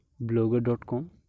blogger.com